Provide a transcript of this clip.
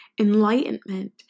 enlightenment